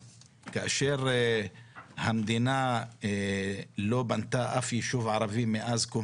כאשר המדינה לא בנתה אף ישוב ערבי מאז קום